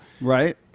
Right